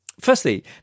firstly